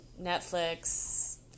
Netflix